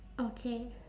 okay